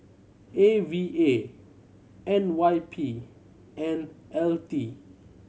A V A N Y P and L T